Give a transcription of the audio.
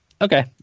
Okay